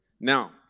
Now